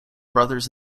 brothers